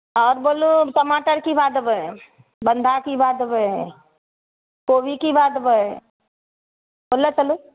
आओर बोलू टमाटर की भाव देबय बन्धा की भाव देबय कोबी की भाव देबय बोलले चलू